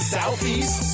Southeast